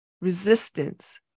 resistance